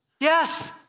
Yes